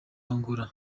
angola